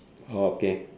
okay